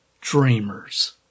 dreamers